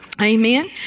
Amen